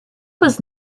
was